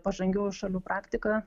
pažangių šalių praktika